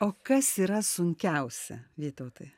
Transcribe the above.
o kas yra sunkiausia vytautai